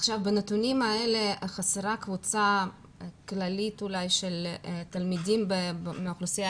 בנתונים האלה חסרה קבוצה כללית של תלמידים מהאוכלוסייה